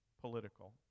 political